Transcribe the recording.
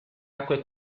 acque